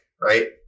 right